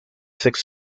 six